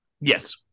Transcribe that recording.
yes